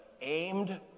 aimed